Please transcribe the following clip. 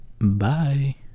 bye